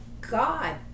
God